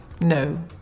No